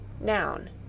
noun